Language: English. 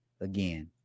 again